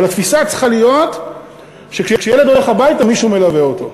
אבל התפיסה צריכה להיות שכשילד הולך הביתה מישהו מלווה אותו.